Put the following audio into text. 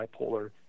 bipolar